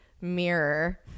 mirror